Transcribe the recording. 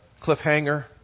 cliffhanger